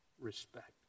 respect